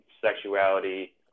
sexuality